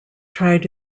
tried